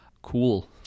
Cool